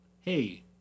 hey